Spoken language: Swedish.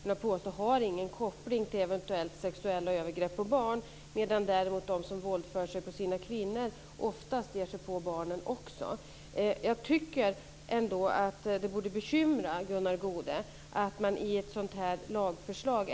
Det är naturligtvis tjänstemän som har kunskap på de här områdena som har lämnat ett tungt bidrag.